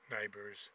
neighbors